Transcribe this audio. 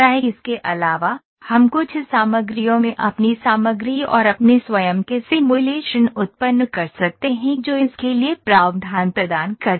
इसके अलावा हम कुछ सामग्रियों में अपनी सामग्री और अपने स्वयं के सिमुलेशन उत्पन्न कर सकते हैं जो इसके लिए प्रावधान प्रदान करते हैं